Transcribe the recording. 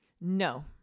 No